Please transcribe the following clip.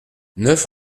neuf